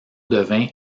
devint